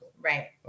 Right